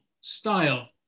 style